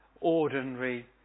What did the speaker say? ordinary